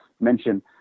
mention